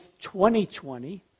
2020